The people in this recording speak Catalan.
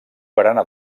barana